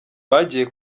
bagiye